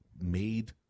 made